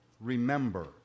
remember